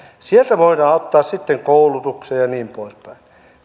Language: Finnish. sieltä voidaan ottaa sitten koulutukseen ja niin poispäin